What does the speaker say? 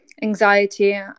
anxiety